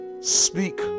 Speak